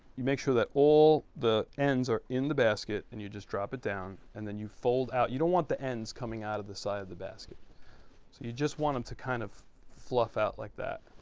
you make sure that all the ends are in the basket and you just drop it down and then you fold out you don't want the ends coming out of the side of the basket so you just want them to kind of fluff out like that.